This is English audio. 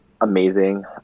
amazing